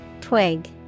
Twig